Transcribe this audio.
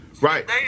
Right